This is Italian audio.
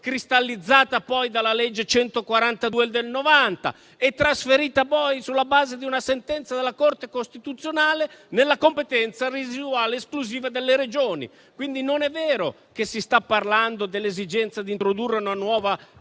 cristallizzata poi dalla legge n. 142 del 1990 e trasferita, poi, sulla base di una sentenza della Corte costituzionale, nella competenza residuale esclusiva delle Regioni. Non è vero, quindi, che si sta parlando dell'esigenza di introdurre una nuova